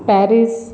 Paris